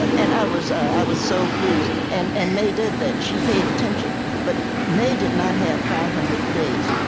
and i was i was so pleased. and and mae did that she paid attention but mae did not have five hundred days.